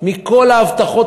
של כל ההבטחות,